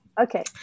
Okay